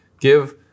give